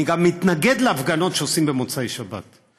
אני גם מתנגד להפגנות שעושים במוצאי שבת.